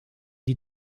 die